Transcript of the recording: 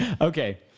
Okay